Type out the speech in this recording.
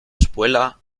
espuela